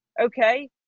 okay